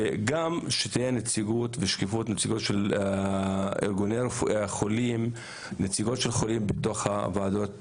וגם שתהיה נציגות של חולים בתוך הוועדות